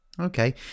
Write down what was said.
Okay